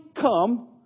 come